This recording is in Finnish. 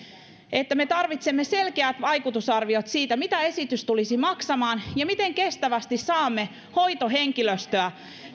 että me tarvitsemme selkeät vaikutusarviot siitä mitä esitys tulisi maksamaan ja miten kestävästi saamme hoitohenkilöstöä